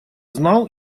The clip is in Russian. знал